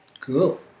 Cool